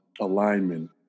alignment